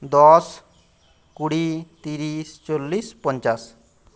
দশ কুড়ি তিরিশ চল্লিশ পঞ্চাশ